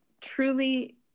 truly